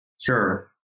Sure